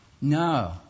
No